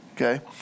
okay